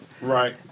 Right